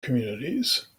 communities